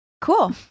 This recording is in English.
Cool